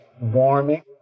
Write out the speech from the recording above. warming